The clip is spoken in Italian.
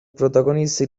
protagonista